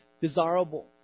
desirable